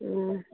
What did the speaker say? हूँ